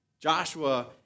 Joshua